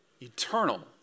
eternal